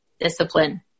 Discipline